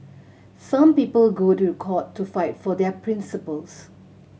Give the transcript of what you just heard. some people go to court to fight for their principles